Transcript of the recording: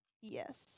Yes